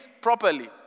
properly